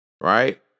right